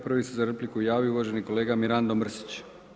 Prvi se za repliku javio uvaženi kolega Mirando Mrsić.